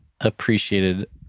appreciated